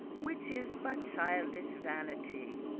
which is but childish vanity.